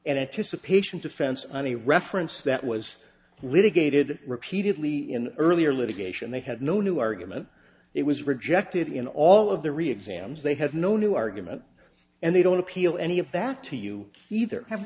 anticipation defense on a reference that was litigated repeatedly in earlier litigation they had no new argument it was rejected in all of the re exams they have no new argument and they don't appeal any of that to you either have